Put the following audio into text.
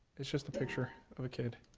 it's just a picture of a kid.